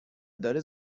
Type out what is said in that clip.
داره